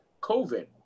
COVID